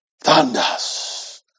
Thunders